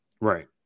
right